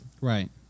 Right